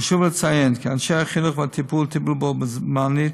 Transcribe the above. חשוב לציין כי אנשי החינוך והטיפול טיפלו בו-זמנית